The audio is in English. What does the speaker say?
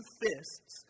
fists